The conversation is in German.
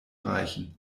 reichen